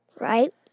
Right